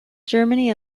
germany